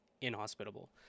inhospitable